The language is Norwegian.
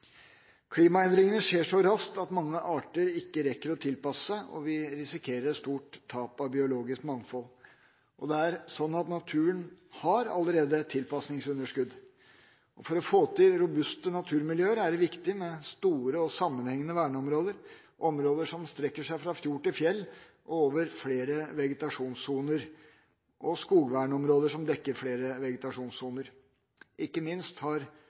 Klimaendringene skjer så raskt at mange arter ikke rekker å tilpasse seg, og vi risikerer et stort tap av biologisk mangfold. Naturen har allerede et tilpasningsunderskudd. For å få til robuste naturmiljøer er det viktig med store og sammenhengende verneområder, områder «som strekker seg fra fjord til fjell eller over flere vegetasjonssoner», og skogvernområder «som dekker flere vegetasjonssoner». Ikke minst har